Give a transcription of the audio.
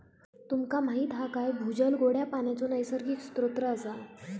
तुमका माहीत हा काय भूजल गोड्या पानाचो नैसर्गिक स्त्रोत असा